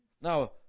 now